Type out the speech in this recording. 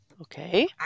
Okay